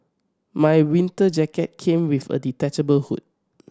my winter jacket came with a detachable hood